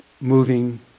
moving